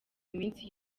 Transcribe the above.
iminsi